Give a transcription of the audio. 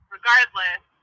Regardless